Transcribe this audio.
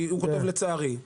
כי הוא כותב לצערי,